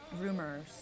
rumors